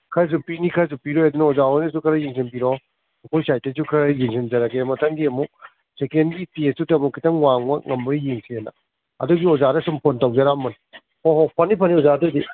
ꯈꯔꯁꯨ ꯄꯤꯅꯤ ꯈꯔꯁꯨ ꯄꯤꯔꯣꯏ ꯑꯗꯨꯅ ꯑꯣꯖꯥꯍꯣꯏꯅꯁꯨ ꯈꯔ ꯌꯦꯡꯁꯤꯟꯕꯤꯔꯣ ꯑꯩꯈꯣꯏ ꯁꯥꯏꯠꯇꯩꯁꯨ ꯈꯔ ꯌꯦꯡꯁꯤꯟꯖꯔꯒꯦ ꯃꯊꯪꯒꯤ ꯑꯃꯨꯛ ꯁꯦꯀꯦꯟꯒꯤ ꯇꯦꯁꯇꯨꯗ ꯑꯃꯨꯛ ꯈꯤꯇꯪ ꯋꯥꯡꯕ ꯉꯝꯕ꯭ꯔ ꯌꯦꯡꯁꯦꯅ ꯑꯗꯨꯒꯤꯁꯨꯝ ꯑꯣꯖꯥꯗ ꯑꯁꯨꯝ ꯐꯣꯟ ꯇꯧꯖꯔꯛꯑꯝꯕꯅꯤ ꯍꯣ ꯍꯣ ꯐꯅꯤ ꯐꯅꯤ ꯑꯣꯖꯥ ꯑꯗꯨꯑꯣꯏꯔꯗꯤ